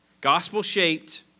Gospel-shaped